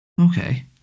Okay